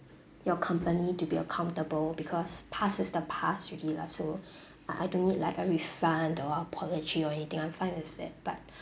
your company to be accountable because past is the past already lah so uh I don't need like a refund or apology or anything I'm fine with it but